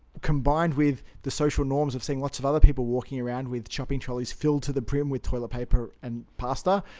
combined with the social norms of seeing lots of other people walking around with shopping trolleys filled to the brim with toilet paper and pasta,